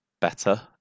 better